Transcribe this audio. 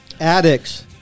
Addicts